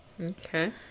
Okay